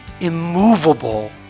immovable